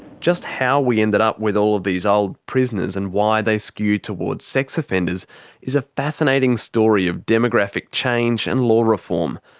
just how we ended up with all of these old prisoners and why they skew towards sex offenders is a fascinating story of demographic change and law reform.